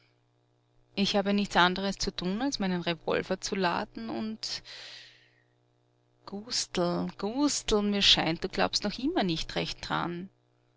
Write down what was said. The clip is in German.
ich hab ja nichts anderes zu tun als meinen revolver zu laden und gustl gustl mir scheint du glaubst noch immer nicht recht d'ran